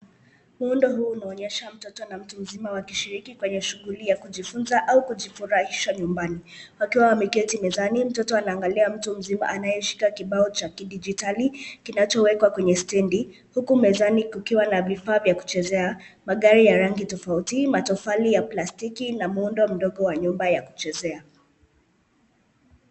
Muundo huu unaonyesha mtoto na mtu mzima wakishiriki kwenye shuguli ya kujifunza au kujifurahisha nyumbani. Wakiwa wameketi mezani mtoto anaangalia mtu mzima anayeshika kibao cha kidijitali kinachowekwa kwenye stendi, huku mezani kukiwa na vifaa vya kuchezea, magari ya rangi tofauti, matofali ya plastiki na muundo mdogo wa nyumba ya kuchezea.